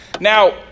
Now